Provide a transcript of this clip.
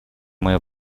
мое